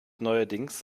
neuerdings